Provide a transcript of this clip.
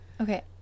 Okay